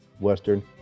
Western